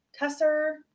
tesser